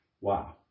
Wow